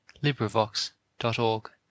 LibriVox.org